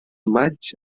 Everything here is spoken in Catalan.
maigs